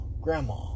grandma